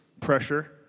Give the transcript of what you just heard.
pressure